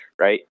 Right